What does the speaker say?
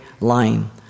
lying